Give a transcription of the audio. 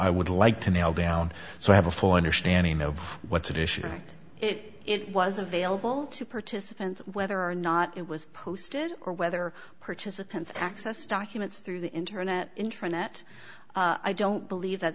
i would like to nail down so i have a full understanding of what's additionally it was available to participants whether or not it was posted or whether participants access documents through the internet internet i don't believe that